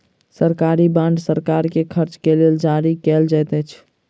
सरकारी बांड सरकार के खर्च के लेल जारी कयल जाइत अछि